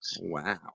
Wow